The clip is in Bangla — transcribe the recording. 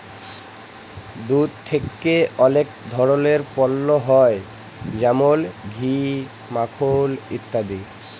দুধ থেক্যে অলেক ধরলের পল্য হ্যয় যেমল ঘি, মাখল ইত্যাদি